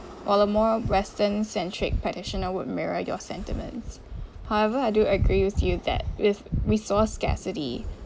while a more western-centric practitioner would mirror your sentiments however I do agree with you that with resource scarcity